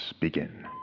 begin